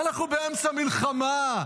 אנחנו באמצע מלחמה,